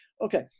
okay